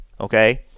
okay